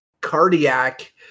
cardiac